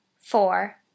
four